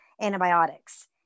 antibiotics